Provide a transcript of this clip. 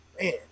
man